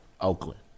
Oakland